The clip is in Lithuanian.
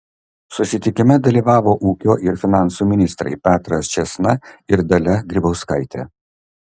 susitikime dalyvavo ūkio ir finansų ministrai petras čėsna ir dalia grybauskaitė